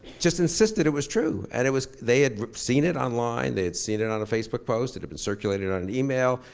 just insisted it was true. and it was, they had seen it online, they had seen it it on a facebook post, it had been circulated on an email.